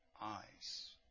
eyes